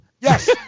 Yes